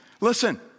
listen